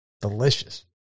Delicious